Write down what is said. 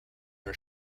are